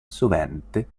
sovente